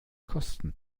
kosten